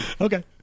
Okay